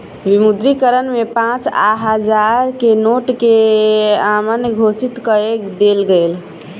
विमुद्रीकरण में पाँच आ हजार के नोट के अमान्य घोषित कअ देल गेल